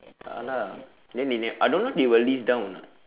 a'ah lah then they ne~ I don't know they will list down or not